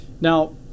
Now